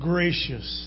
gracious